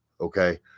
okay